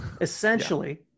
Essentially